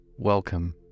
Welcome